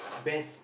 best